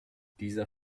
dieser